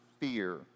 fear